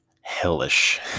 hellish